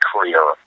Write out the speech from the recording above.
career